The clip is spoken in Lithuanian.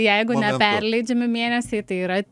jeigu neperleidžiami mėnesiai tai yra